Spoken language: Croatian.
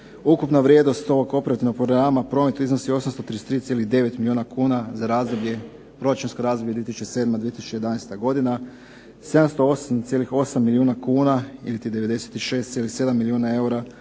Ukupna vrijednost ovog Operativnog programa Promet iznosi 833,9 milijuna kuna za proračunsko razdoblje 2007.-2011. godina, 708,8 milijuna kuna iliti 96,7 milijuna eura